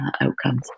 outcomes